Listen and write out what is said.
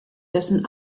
dessen